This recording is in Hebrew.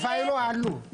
ולא עלו,